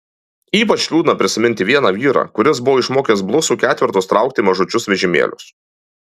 ypač liūdna prisiminti vieną vyrą kuris buvo išmokęs blusų ketvertus traukti mažučius vežimėlius